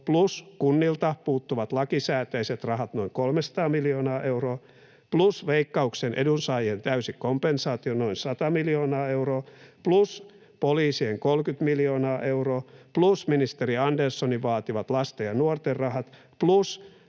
plus kunnilta puuttuvat lakisääteiset rahat, noin 300 miljoonaa euroa, plus Veikkauksen edunsaajien täysi kompensaatio, noin 100 miljoonaa euroa, plus poliisien 30 miljoonaa euroa, plus ministeri Anderssonin vaatimat lasten ja nuorten rahat, plus